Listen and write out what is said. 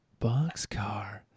boxcar